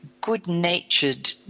good-natured